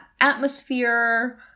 atmosphere